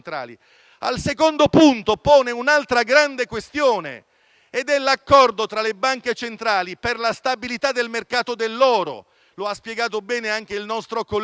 Al secondo punto pone poi l'altra grande questione dell'accordo tra le banche centrali per la stabilità del mercato dell'oro. Lo ha spiegato bene anche il nostro collega,